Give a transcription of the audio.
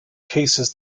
cases